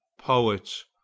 poets,